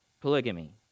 polygamy